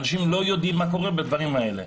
אנשים לא יודעים מה קורה בדברים האלה.